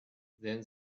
then